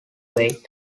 weight